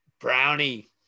Brownie